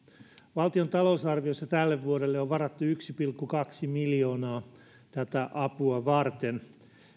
valtion talousarviossa tälle vuodelle on varattu yksi pilkku kaksi miljoonaa tätä apua varten